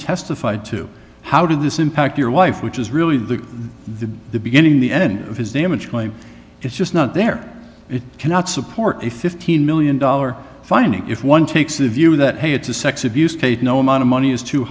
testified to how did this impact your wife which is really the beginning of the end of his damage claim it's just not there it cannot support a fifteen million dollar fine if one takes the view that hey it's a sex abuse case no amount of money is too